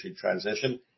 transition